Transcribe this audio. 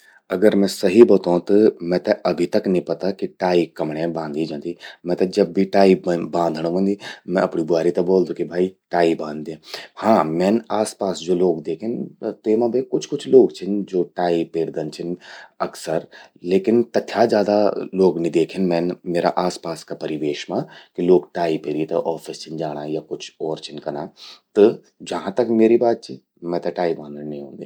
अगर मैं सही बतौं त मेते अभि तक नीं पता कि टाई कमण्ये बांधी जंदि। मेते जब भी टाई बांधण व्हंदि, मैं अपणि ब्वारि ते ब्वोलदू कि भई टाई बांध द्ये। हां..मैन आसपास ज्वो लोग द्येखिन, तेमा मां कुछ कुछ लोग छिन ज्वो टाई पेरदन अक्सर, लेकिन तथ्या ज्यादा ल्वोग नि द्येखिन मैन म्येरा आसपास का परिवेश मां कि लोग टाई पेरि ते ऑफिस छिन जाणा या कुछ और छिन कना। त जहां तक म्येरि बात चि, मेते टाई बांधण नि ऊंदि।